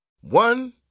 One